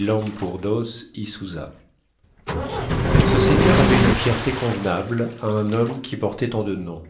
lampourdos y souza ce seigneur avait une fierté convenable à un homme qui portait tant de noms